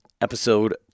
episode